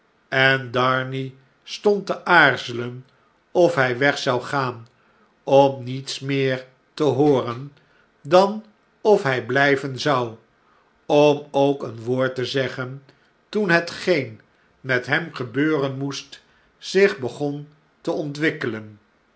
en darnay stond te aarzelen of hjj weg zou gaan om niets meer te hooren dan of hjj blijven zou om ook een woord te zeggen toen hetgeen met hem gebeuren moest zich begon te ontwikkelen